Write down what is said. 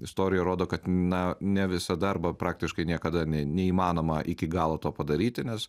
istorija rodo kad na ne visą darbą arba praktiškai niekada ne neįmanoma iki galo to padaryti nes